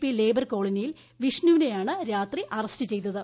P labour കോളനിയിൽ വിഷ്ണുവിനെ യാണ് രാത്രി അറസ്റ്റ് ചെയ്തത്